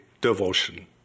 devotion